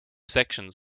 sections